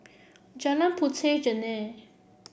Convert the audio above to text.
Jalan Puteh Jerneh